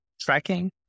tracking